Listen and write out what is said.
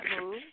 move